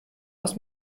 aus